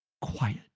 quiet